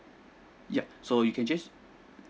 yup so you can just